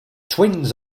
twins